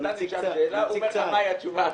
אתה נשאל שאלה והוא אומר לך מהי התשובה האמיתית.